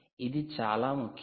ఇది చాలా ముఖ్యం